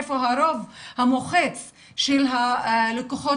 איפה הרוב המוחץ של הלקוחות,